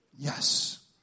Yes